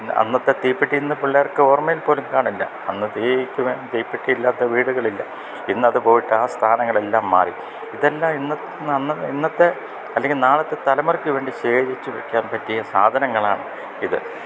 അന്നത്തെ തീപ്പെട്ടി ഇന്ന് പിള്ളേർക്ക് ഓർമ്മയിൽ പോലും കാണില്ല അന്ന് തീപ്പെട്ടി ഇല്ലാത്ത വീടുകളില്ല ഇന്നതു പോയിട്ട് ആ സ്ഥാനങ്ങളെല്ലാം മാറി ഇതെല്ലാം ഇന്നത്തെ അല്ലെങ്കില് നാളത്തെ തലമുറയ്ക്കുവേണ്ടി ശേഖരിച്ചുവയ്ക്കാന് പറ്റിയ സാധനങ്ങളാണ് ഇത്